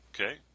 Okay